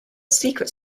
secret